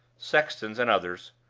sextons, and others.